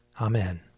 Amen